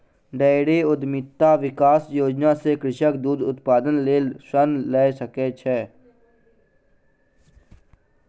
dairy उद्यमिता विकास योजना सॅ कृषक दूध उत्पादनक लेल ऋण लय सकै छै